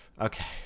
Okay